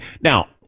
Now